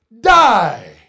die